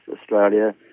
Australia